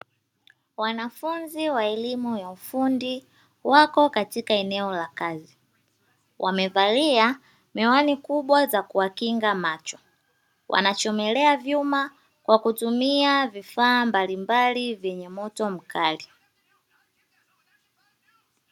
Wanafunzi wa elimu ya ufundi, wako katika eneo la kazi. Wamevalia miwani kubwa za kuwakinga macho, wanachomelea vyuma kwa kutumia vifaa mbalimbali vyenye moto mkali.